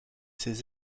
ces